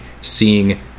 seeing